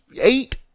eight